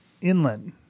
inland